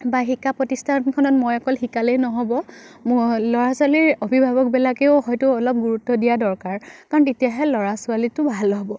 বা শিক্ষা প্ৰতিষ্ঠানখনত মই অকল শিকালেই নহ'ব ল'ৰা ছোৱালীৰ অভিভাৱকবিলাকেও হয়তো অলপ গুৰুত্ব দিয়া দৰকাৰ কাৰণ তেতিয়াহে ল'ৰা ছোৱালীটো ভাল হ'ব